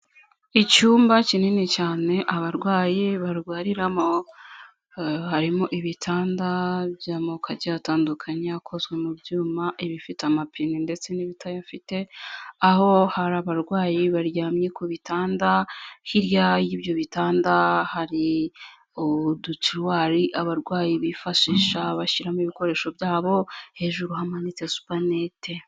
Icyumba kinini cyane abarwayi barwariramo, harimo ibitanda by'amoko agiye atandukanye, akozwe mu byuma, ibifite amapine ndetse n'ibitayafite, aho hari abarwayi baryamye ku bitanda, hirya y'ibyo bitanda hari udu turuwari abarwayi bifashisha bashyiramo ibikoresho byabo, hejuru hamanitse supanete.